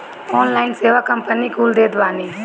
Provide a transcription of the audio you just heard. online सेवा company कुल देत बानी